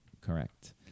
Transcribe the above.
Correct